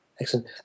Excellent